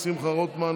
שמחה רוטמן,